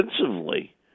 defensively